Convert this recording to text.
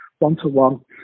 One-to-one